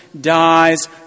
dies